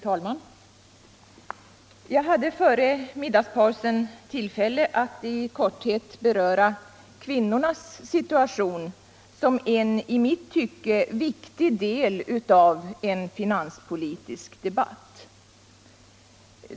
Fru talman! Jag hade före middagspausen tillfälle att i korthet beröra kvinnornas situation som en i mitt tycke viktig del av en finanspolitisk debatt.